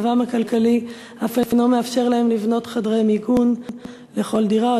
מצבם הכלכלי אף אינו מאפשר להם לבנות חדרי מיגון בכל דירה,